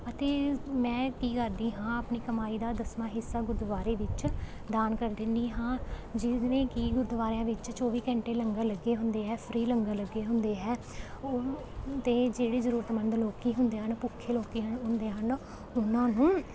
ਅਤੇ ਮੈਂ ਕੀ ਕਰਦੀ ਹਾਂ ਆਪਣੀ ਕਮਾਈ ਦਾ ਦਸਵਾਂ ਹਿੱਸਾ ਗੁਰਦੁਆਰੇ ਵਿੱਚ ਦਾਨ ਕਰ ਦਿੰਦੀ ਹਾਂ ਜਿਵੇਂ ਕਿ ਗੁਰਦੁਆਰਿਆਂ ਵਿੱਚ ਚੌਵੀ ਘੰਟੇ ਲੰਗਰ ਲੱਗੇ ਹੁੰਦੇ ਹੈ ਫਰੀ ਲੰਗਰ ਲੱਗੇ ਹੁੰਦੇ ਹੈ ਉਹ ਅਤੇ ਜਿਹੜੇ ਜ਼ਰੂਰਤਮੰਦ ਲੋਕ ਹੁੰਦੇ ਹਨ ਭੁੱਖੇ ਲੋਕ ਹਨ ਹੁੰਦੇ ਹਨ ਉਹਨਾਂ ਨੂੰ